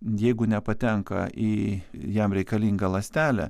jeigu nepatenka į jam reikalingą ląstelę